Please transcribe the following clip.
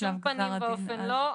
בשום פנים ואופן, לא.